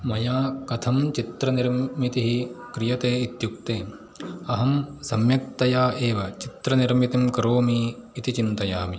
मया कथं चित्रनिर्मितिः क्रियते इत्युक्ते अहं सम्यक्तया एव चित्रनिर्मितिं करोमि इति चिन्तयामि